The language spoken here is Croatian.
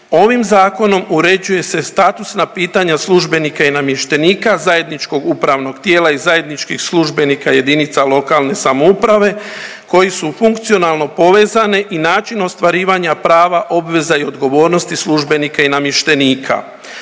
Ovim zakonom uređuje se statusna pitanja službenika i namještenika zajedničkog upravnog tijela i zajedničkih službenika jedinica lokalne samouprave koji su funkcionalno povezane i način ostvarivanja prava obveza i odgovornosti službenika i namještenika.